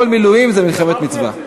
כל מילואים זה מלחמת מצווה.